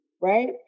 right